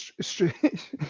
straight